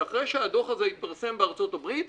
שאחרי שהדוח הזה התפרסם בארצות הברית,